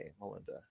Melinda